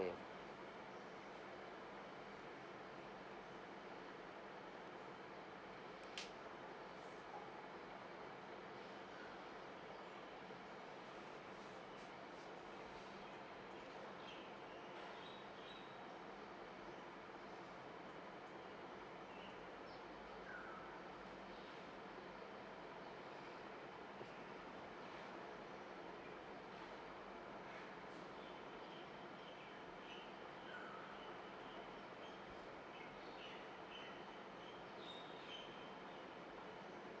mm